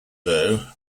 though